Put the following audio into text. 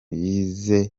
yizeye